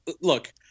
Look